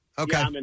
Okay